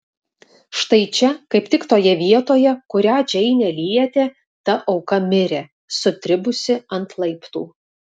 štai čia kaip tik toje vietoje kurią džeinė lietė ta auka mirė sudribusi ant laiptų